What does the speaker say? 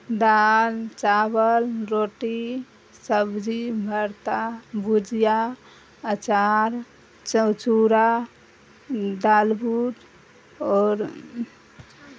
دال چاول روٹی سبزی بھرتا بھجیا اچار چو چوڑا دال بوٹ اور